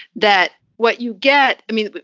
that what you get i mean,